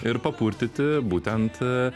ir papurtyti būtent